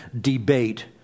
debate